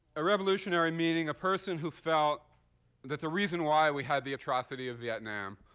a revolutionary meaning a person who felt that the reason why we had the atrocity of vietnam,